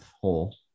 hole